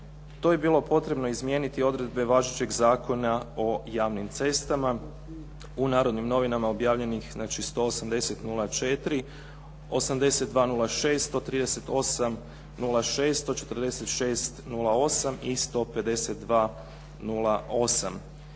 to je bilo potrebno izmijeniti odredbe važećeg Zakona o javnim cestama u “Narodnim novinama“ objavljenih znači 180/04., 82/06., 138/06., 146/08. i 152/08.